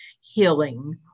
healing